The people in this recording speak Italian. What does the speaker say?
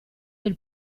del